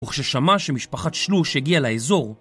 וכששמע שמשפחת שלוש הגיעה לאזור